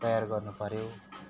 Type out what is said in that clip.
तैयार गर्नु पऱ्यो